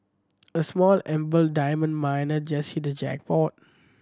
a small embattled diamond miner just hit the jackpot